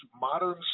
modern